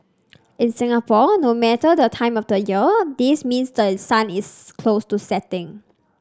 in Singapore no matter the time of the year this means the sun is close to setting